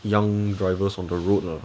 young drivers on the road lah